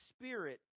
spirit